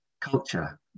culture